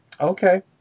Okay